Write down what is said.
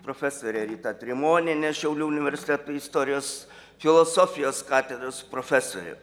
profesorė rita trimonienė šiaulių universiteto istorijos filosofijos katedros profesorė